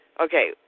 Okay